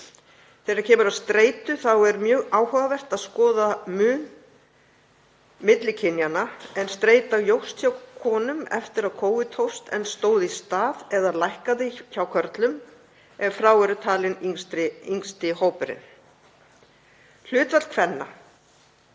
Þegar kemur að streitu er mjög áhugavert að skoða mun milli kynjanna en streita jókst hjá konum eftir að Covid hófst en stóð í stað eða minnkaði hjá körlum, ef frá er talinn yngsti hópurinn. Hlutfall kvenna